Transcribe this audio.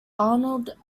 arnold